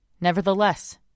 Nevertheless